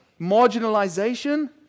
marginalization